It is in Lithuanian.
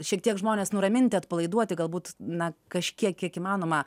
šiek tiek žmones nuraminti atpalaiduoti galbūt na kažkiek kiek įmanoma